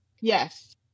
yes